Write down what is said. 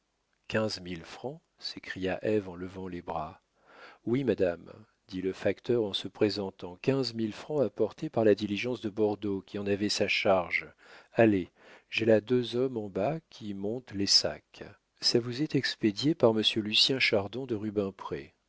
s'écria ève en levant les bras oui madame dit le facteur en se présentant quinze mille francs apportés par la diligence de bordeaux qui en avait sa charge allez j'ai là deux hommes en bas qui montent les sacs ça vous est expédié par monsieur lucien chardon de rubempré